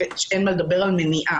אין מה לדבר על מניעה.